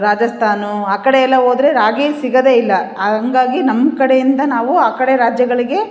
ರಾಜಸ್ತಾನ್ ಆ ಕಡೆ ಎಲ್ಲ ಹೋದ್ರೆ ರಾಗಿ ಸಿಗೋದೆ ಇಲ್ಲ ಹಂಗಾಗಿ ನಮ್ಮ ಕಡೆಯಿಂದ ನಾವು ಆ ಕಡೆ ರಾಜ್ಯಗಳಿಗೆ